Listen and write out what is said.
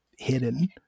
hidden